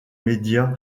médias